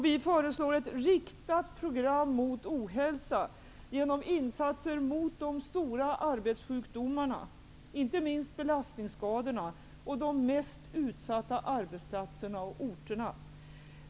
Vi föreslår ett riktat program mot ohälsa genom insatser mot de stora arbetssjukdomarna, inte minst belastningsskadorna, och de mest utsatta arbetsplatserna och orterna.